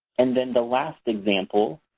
and then the last example